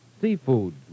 seafood